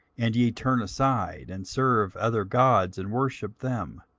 and ye turn aside, and serve other gods, and worship them